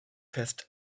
fest